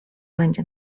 będzie